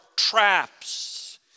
traps